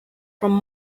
from